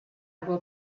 will